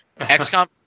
XCOM